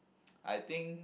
I think